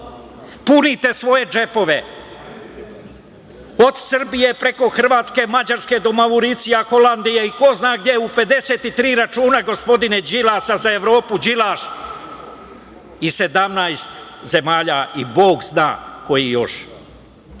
punite svoje džepove. Od Srbije, preko Hrvatske, Mađarske do Mauricijusa, Holandije i ko zna gde, na 53 računa, gospodine Đilas, a za Evropu Đilaš, i 17 zemalja i bog zna koji još. Zagovarate